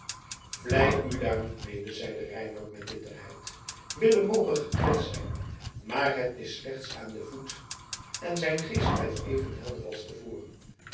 vlei u daar niet mede zeide reinout met bitterheid willem moge gekwetst zijn maar het is slechts aan den voet en zijn geest blijft even helder als te voren